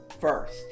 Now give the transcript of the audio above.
first